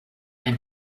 and